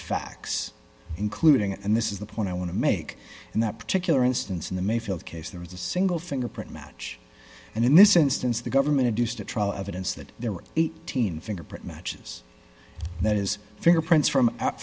facts including and this is the point i want to make in that particular instance in the mayfield case there is a single fingerprint match and in this instance the government a deuce the trial evidence that there were eighteen fingerprint matches that is fingerprints from